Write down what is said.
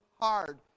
hard